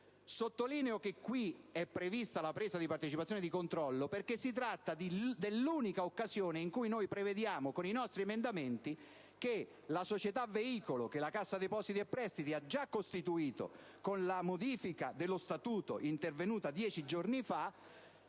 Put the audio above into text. Sottolineo che qui è prevista la presa di partecipazione di controllo perché si tratta dell'unica occasione in cui prevediamo che la società veicolo, che la Cassa depositi e prestiti ha già costituito con la modifica dello statuto intervenuta dieci giorni fa,